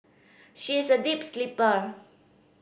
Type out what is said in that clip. she is a deep sleeper